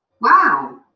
wow